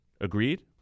Agreed